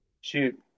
shoot